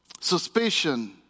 Suspicion